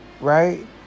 right